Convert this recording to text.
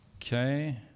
Okay